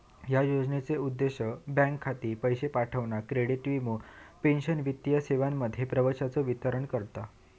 ह्या योजनेचो उद्देश बँक खाती, पैशे पाठवणा, क्रेडिट, वीमो, पेंशन वित्तीय सेवांमध्ये प्रवेशाचो विस्तार करणा